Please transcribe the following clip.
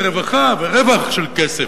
להיפך, הוא ייתן רווחה ורווח של כסף.